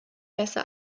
besser